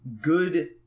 good